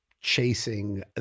chasing